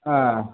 ஆ